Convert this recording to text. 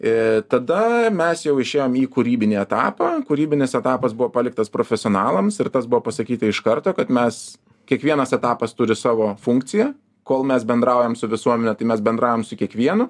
i tada mes jau išėjom į kūrybinį etapą kūrybinis etapas buvo paliktas profesionalams ir tas buvo pasakyta iš karto kad mes kiekvienas etapas turi savo funkciją kol kol mes bendraujam su visuomene tai mes bendraujam su kiekvienu